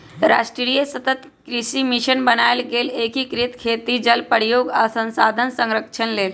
राष्ट्रीय सतत कृषि मिशन बनाएल गेल एकीकृत खेती जल प्रयोग आ संसाधन संरक्षण लेल